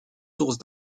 source